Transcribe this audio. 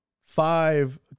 Five